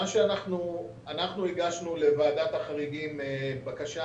הגשנו לוועדת החריגים בקשה